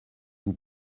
vous